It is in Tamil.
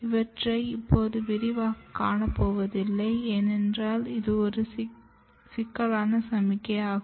இவற்றை இப்போது விரிவாக காணப்போவதில்லை ஏனென்றால் இது ஒரு சிக்கலான சமிக்ஞை ஆகும்